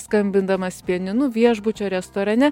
skambindamas pianinu viešbučio restorane